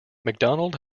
mcdonald